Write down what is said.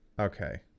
Okay